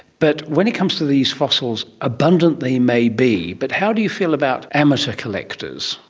but when it comes to these fossils, abundant they may be, but how do you feel about amateur collectors?